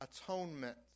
atonement